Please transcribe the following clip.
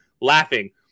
laughing